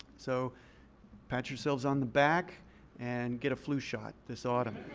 so pat yourself on the back and get a flu shot this autumn.